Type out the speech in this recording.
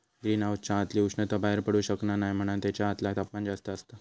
green हाउसच्या आतली उष्णता बाहेर पडू शकना नाय म्हणान तेच्या आतला तापमान जास्त असता